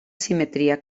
simetria